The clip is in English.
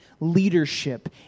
leadership